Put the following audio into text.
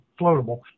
floatable